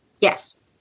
yes